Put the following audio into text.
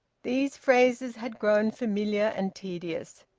these phrases had grown familiar and tedious.